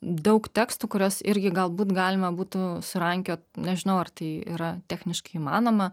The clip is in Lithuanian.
daug tekstų kuriuos irgi galbūt galima būtų surankiot nežinau ar tai yra techniškai įmanoma